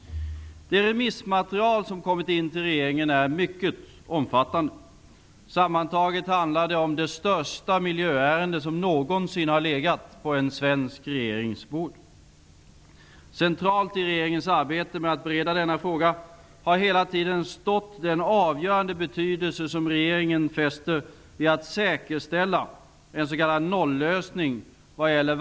Det remissmaterial som kommit in till regeringen är mycket omfattande. Sammantaget handlar det om det största miljöärende som någonsin legat på en svensk regerings bord. Centralt i regeringens arbete med att bereda denna fråga har hela tiden stått den avgörande betydelse som regeringen fäster vid att säkerställa en s.k.